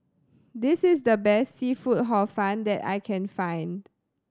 this is the best seafood Hor Fun that I can find